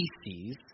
species